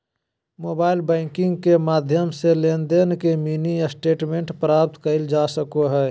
mobile banking के माध्यम से लेनदेन के मिनी स्टेटमेंट प्राप्त करल जा सको हय